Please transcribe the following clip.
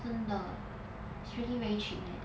真的 it's really very cheap